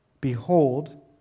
Behold